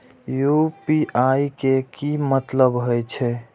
UPI के की मतलब हे छे?